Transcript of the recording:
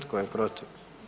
Tko je protiv?